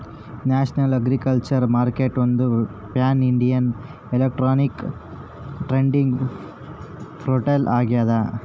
national agriculture ಮಾರ್ಕೆಟ್ಒಂದು pan India electronic trading portal ಆಗ್ಯದ